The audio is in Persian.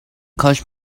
کاش